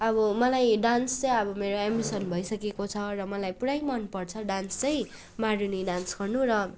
अब मलाई डान्स चाहिँ अब मेरो एम्बिसन भइसकेको छ र मलाई पुरै मनपर्छ डान्स चाहिँ मारुनी डान्स गर्नु र